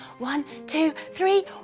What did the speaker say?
one two three,